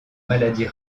maladie